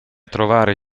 trovare